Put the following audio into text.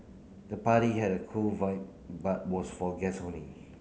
the party had a cool vibe but was for guests only